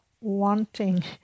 wanting